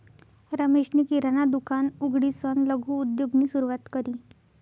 रमेशनी किराणा दुकान उघडीसन लघु उद्योगनी सुरुवात करी